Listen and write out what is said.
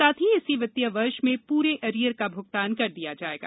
साथ ही इसी वित्तीय वर्ष में प्रे एरियर का भूगतान कर दिया जाएगा